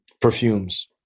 perfumes